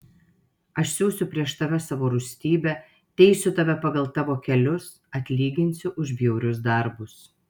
aš siųsiu prieš tave savo rūstybę teisiu tave pagal tavo kelius atlyginsiu už bjaurius darbus